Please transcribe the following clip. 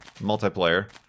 multiplayer